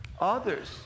others